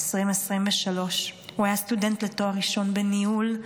2023. הוא היה סטודנט לתואר ראשון בניהול,